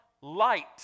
light